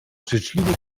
życzliwie